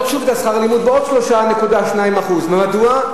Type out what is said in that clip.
שוב את שכר הלימוד בעוד 3.2%. ומדוע?